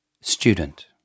Student